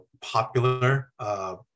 popular